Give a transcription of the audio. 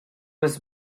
was